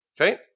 Okay